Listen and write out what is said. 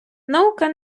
наука